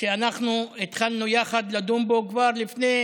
שאנחנו התחלנו יחד לדון בו, כבר לפני